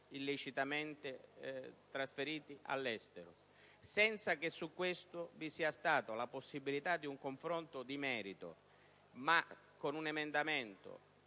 illecitamente trasferiti all'estero, senza che su questo vi sia stata la possibilità di un confronto di merito, attraverso un emendamento